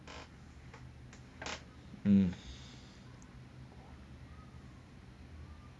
mm